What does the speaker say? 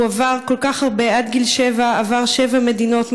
הוא עבר כל כך הרבה: עד גיל שבע עבר שבע מדינות,